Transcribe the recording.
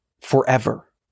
forever